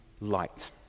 light